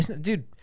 Dude-